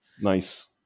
Nice